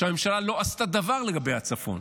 שהממשלה לא עשתה דבר לגבי הצפון.